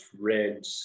red